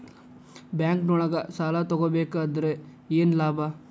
ಬ್ಯಾಂಕ್ನೊಳಗ್ ಸಾಲ ತಗೊಬೇಕಾದ್ರೆ ಏನ್ ಲಾಭ?